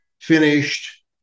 Finished